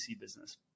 business